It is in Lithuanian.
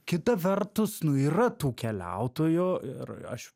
kita vertus nu yra tų keliautojo ir aš